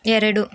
ಎರಡು